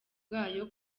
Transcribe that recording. bwayo